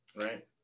right